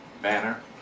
banner